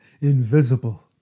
Invisible